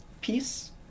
peace